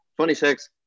26